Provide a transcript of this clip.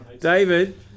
David